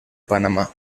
panamá